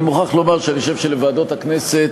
אני מוכרח לומר שאני חושב שלוועדות הכנסת,